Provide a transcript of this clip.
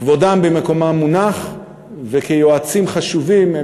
כבודם במקומם מונח וכיועצים חשובים הם